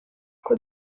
uko